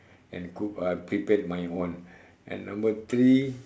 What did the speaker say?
and cook uh prepare my own and number three